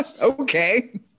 okay